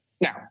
Now